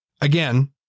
Again